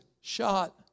shot